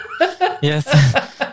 Yes